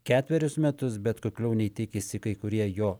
ketverius metus bet kukliau nei tikisi kai kurie jo